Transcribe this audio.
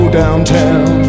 downtown